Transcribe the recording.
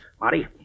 Marty